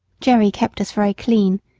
jerry kept us very clean,